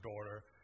daughter